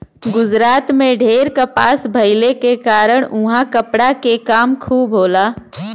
गुजरात में ढेर कपास भइले के कारण उहाँ कपड़ा के काम खूब होला